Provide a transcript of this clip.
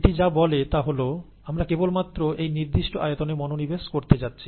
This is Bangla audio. এটি যা বলে তা হল আমরা কেবলমাত্র এই নির্দিষ্ট আয়তনে মনোনিবেশ করতে যাচ্ছি